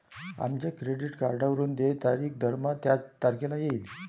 आपल्या क्रेडिट कार्डवरून देय तारीख दरमहा त्याच तारखेला येईल